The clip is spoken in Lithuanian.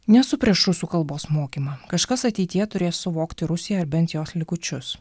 nesu prieš rusų kalbos mokymą kažkas ateityje turės suvokti rusiją ar bent jos likučius